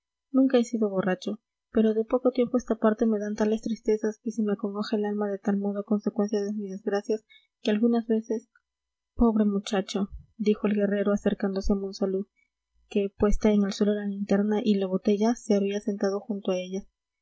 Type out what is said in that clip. nunca he sido borracho pero de poco tiempo a esta parte me dan tales tristezas y se me acongoja el alma de tal modo a consecuencia de mis desgracias que algunas veces pobre muchacho dijo el guerrero acercándose a monsalud que puesta en el suelo la linterna y la botella se había sentado junto a ellas